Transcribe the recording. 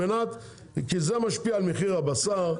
כי זה משפיע על מחיר הבשר,